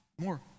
more